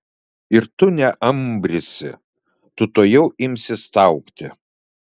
ir tu neambrysi tu tuojau imsi staugti